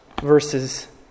verses